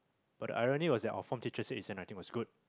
but I already was our form teacher said writing was good